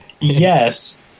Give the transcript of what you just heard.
Yes